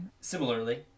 similarly